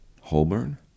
holborn